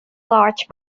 large